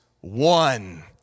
one